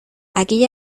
aquella